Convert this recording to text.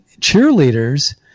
cheerleaders